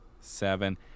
seven